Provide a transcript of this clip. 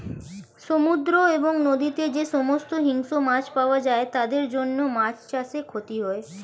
সমুদ্র এবং নদীতে যে সমস্ত হিংস্র মাছ পাওয়া যায় তাদের জন্য মাছ চাষে ক্ষতি হয়